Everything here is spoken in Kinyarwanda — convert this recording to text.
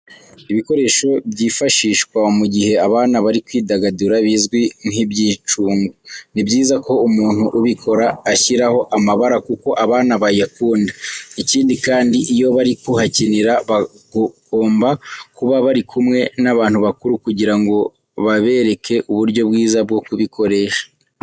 Ibikoresho byifashishwa mu gihe abana bari kwidagadura bizwi nk'ibyicungo, ni byiza ko umuntu ubikora ashyiraho amabara kuko abana bayakunda. Ikindi kandi, iyo bari kuhakinira bakomba kuba bari kumwe n'abantu bakuru kugira ngo babereke uburyo bwiza bwo kubikoresha.